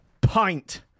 pint